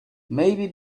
maybe